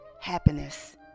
happiness